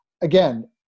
again